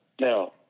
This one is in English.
Now